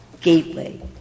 gateway